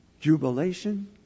jubilation